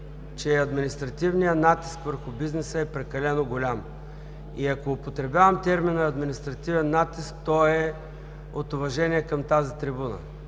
че административният натиск върху бизнеса е прекалено голям. И ако употребявам термина „административен натиск“, то е от уважение към тази трибуна,